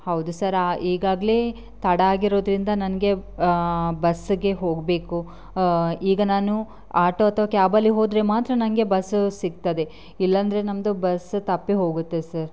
ಹೌದು ಸರ್ ಆ ಈಗಾಗಲೇ ತಡ ಆಗಿರೋದರಿಂದ ನನಗೆ ಬಸ್ಗೆ ಹೋಗಬೇಕು ಈಗ ನಾನು ಆಟೋ ಅಥವಾ ಕ್ಯಾಬಲ್ಲಿ ಹೋದರೆ ಮಾತ್ರ ನನಗೆ ಬಸ್ ಸಿಗ್ತದೆ ಇಲ್ಲಾಂದ್ರೆ ನಮ್ಮದು ಬಸ್ ತಪ್ಪಿ ಹೋಗುತ್ತೆ ಸರ್